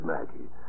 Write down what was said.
Maggie